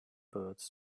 birds